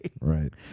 Right